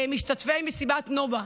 משתתפי מסיבת נובה,